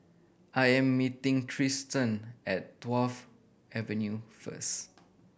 I am meeting Triston at Wharf Avenue first